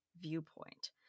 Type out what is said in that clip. viewpoint